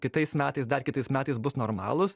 kitais metais dar kitais metais bus normalūs